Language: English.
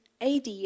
AD